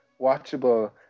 watchable